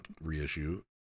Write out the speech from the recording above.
Reissue